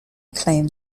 claimed